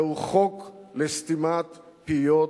זהו חוק לסתימת פיות.